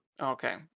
Okay